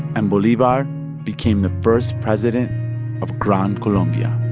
and bolivar became the first president of gran colombia